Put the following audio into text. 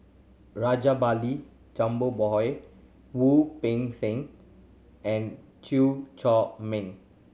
Rajabali Jumabhoy Wu Peng Seng and Chew Chor Meng